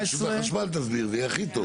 אולי רשות החשמל תסביר, זה יהיה הכי טוב.